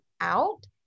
out